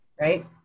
right